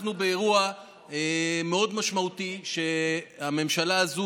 אנחנו באירוע מאוד משמעותי שהממשלה הזו